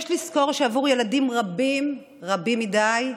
יש לזכור שעבור ילדים רבים, רבים מדי,